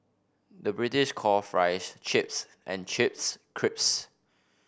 the British calls fries chips and chips crisps